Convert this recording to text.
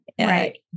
right